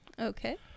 Okay